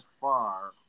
far